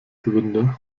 gewinde